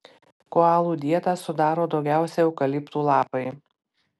koalų dietą sudaro daugiausiai eukaliptų lapai